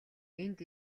энд